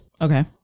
Okay